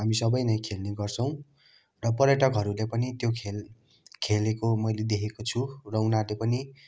हामी सबै नै खेल्ने गर्छौँ र पर्यटकहरूले पनि त्यो खेल खेलेको मैले देखेको छु र उनीहरूले पनि